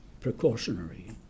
precautionary